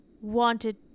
wanted